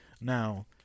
Now